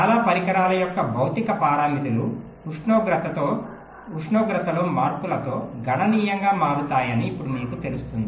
చాలా పరికరాల యొక్క భౌతిక పారామితులు ఉష్ణోగ్రతలో మార్పులతో గణనీయంగా మారుతాయని ఇప్పుడు మీకు తెలుస్తుంది